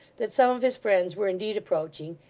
that some of his friends were indeed approaching,